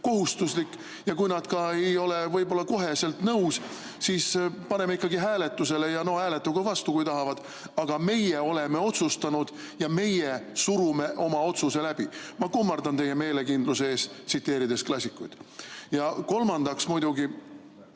kohustuslik, ja kui nad ka ei ole võib-olla kohe nõus, siis paneme ikkagi hääletusele. Hääletagu vastu, kui tahavad, aga meie oleme otsustanud ja meie surume oma otsuse läbi. Ma kummardan teie meelekindluse ees – tsiteerides klassikuid. Kolmandaks tuleb